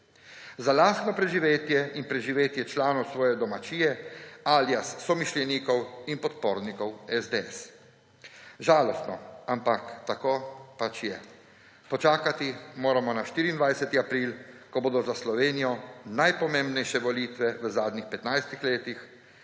za lastno preživetje in preživetje članov svoje domačije alias somišljenikov in podpornikov SDS. Žalostno, ampak tako pač je. Počakati moramo na 24. april, ko bodo za Slovenijo najpomembnejše volitve v zadnjih 15 letih.